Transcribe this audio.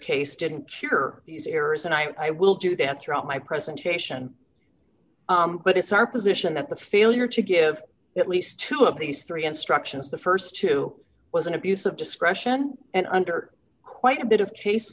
case didn't cure these errors and i will do them throughout my presentation but it's our position that the failure to give at least two of these three instructions the st two was an abuse of discretion and under quite a bit of case